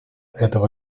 этого